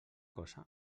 cosa